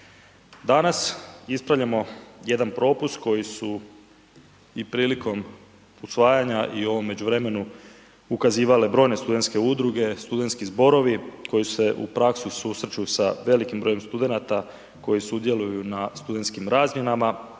Danas ispravljamo jedan propust koji su i prilikom usvajanja i u ovom međuvremenu ukazivale brojne studentske udruge, studentski zborovi koji se u praksi susreću sa s velikim brojem studenata koji sudjeluju na studentskim razmjenama